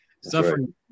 Suffering